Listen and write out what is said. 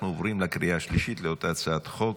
אנחנו עוברים לקריאה השלישית על אותה הצעת חוק,